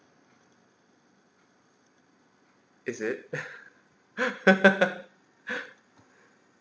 is it